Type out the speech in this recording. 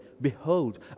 Behold